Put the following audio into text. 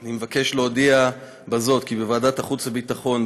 אני מבקש להודיע בזאת כי בוועדת החוץ והביטחון,